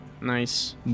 Nice